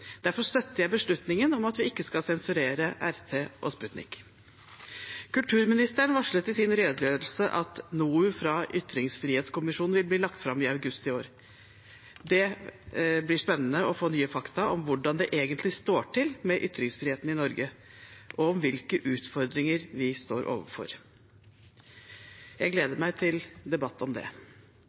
Derfor støtter jeg beslutningen om at vi ikke skal sensurere Russia Today og Sputnik. Kulturministeren varslet i sin redegjørelse at NOU-en fra ytringsfrihetskommisjonen vil bli lagt fram i august i år. Det blir spennende å få nye fakta om hvordan det egentlig står til med ytringsfriheten i Norge, og om hvilke utfordringer vi står overfor. Jeg gleder meg til debatt om det.